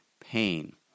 pain